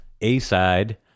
A-side